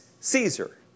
Caesar